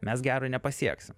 mes gero nepasieksim